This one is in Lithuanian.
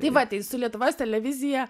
tai va tai su lietuvos televizija